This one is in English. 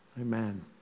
Amen